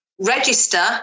register